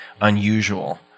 unusual